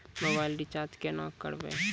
Mobile recharge केना करबै?